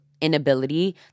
inability